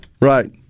Right